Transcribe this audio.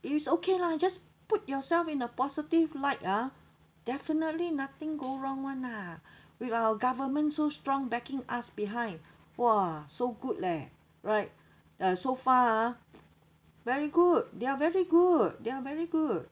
it's okay lah just put yourself in a positive light ah definitely nothing go wrong [one] lah with our government so strong backing us behind !wah! so good leh right uh so far ah very good they are very good they are very good